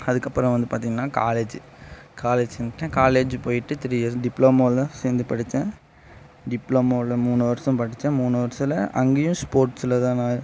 அதுக்கப்புறம் வந்து பார்த்திங்கன்னா காலேஜ் காலேஜ் காலேஜ் போயிவிட்டு த்ரீ இயர்ஸ் டிப்ளமோவில சேர்ந்து படிச்சேன் டிப்ளமோவில மூனு வருஷம் படிச்சேன் மூனு வருஷத்தில் அங்கேயும் ஸ்போர்ட்ஸில் தான் நான்